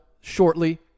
shortly